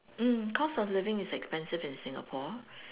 mm cost of living is expensive in Singapore